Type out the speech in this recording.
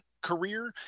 career